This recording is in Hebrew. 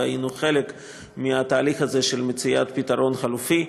והיינו חלק מהתהליך הזה של מציאת פתרון חלופי.